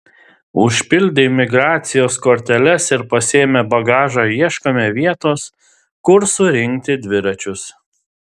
užpildę imigracijos korteles ir pasiėmę bagažą ieškome vietos kur surinkti dviračius